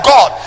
God